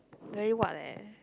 very what leh